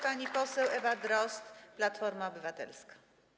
Pani poseł Ewa Drozd, Platforma Obywatelska.